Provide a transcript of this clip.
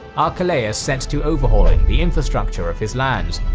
archelaeus set to overhauling the infrastructure of his lands,